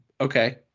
okay